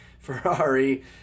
Ferrari